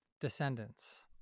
descendants